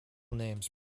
names